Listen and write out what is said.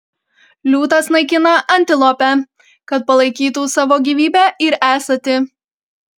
liūtas naikina antilopę kad palaikytų savo gyvybę ir esatį